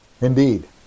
Indeed